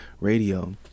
Radio